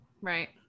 right